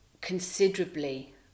considerably